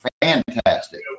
fantastic